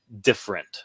different